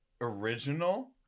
original